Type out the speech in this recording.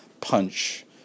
punch